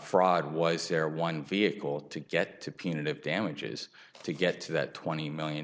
fraud was their one vehicle to get to punitive damages to get to that twenty million